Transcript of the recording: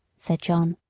said john.